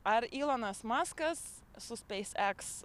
ar ilonas maskas su spacex